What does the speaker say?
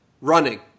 running